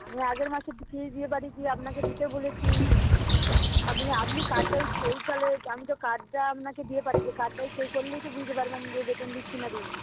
হ্যাঁ আগের মাসে ফিজ দিয়ে পাঠিয়েছি আপনাকে দিতে বলেছি আপনি আপনি কার্ডটায় সই তাহলে আমি তো কার্ডটা আপনাকে দিয়ে পাঠিয়েছি কার্ডটায় সই করলিই তো বুঝতে পারবেন যে বেতন দিচ্ছি না দিইনি